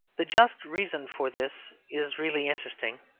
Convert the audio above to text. the just reason for this is really interesting.